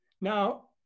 Now